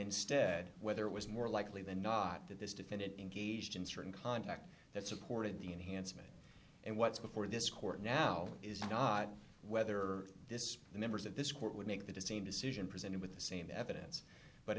instead whether it was more likely than not that this defendant engaged in certain contact that supported the enhancement and what's before this court now is not whether this the members of this court would make the deceived decision presented with the same evidence but